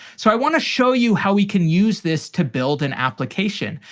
so i want to show you how we can use this to build an application.